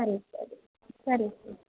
ಸರಿ ಸರಿ ಸರಿ ಸರಿ